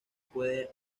puede